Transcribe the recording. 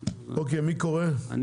מי מקריא את התקנות?